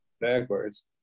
Backwards